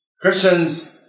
Christians